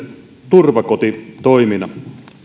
turvakotitoiminnan haluan